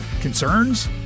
Concerns